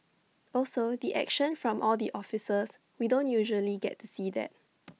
also the action from all the officers we don't usually get to see that